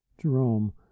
Jerome